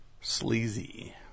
sleazy